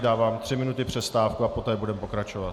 Dávám jí tři minuty přestávku a poté budeme pokračovat.